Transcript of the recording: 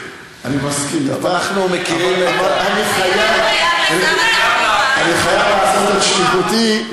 אני חייב לעשות את שליחותי,